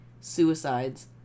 suicides